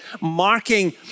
marking